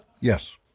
yes